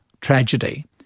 tragedy